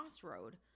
crossroad